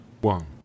One